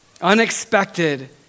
Unexpected